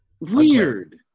Weird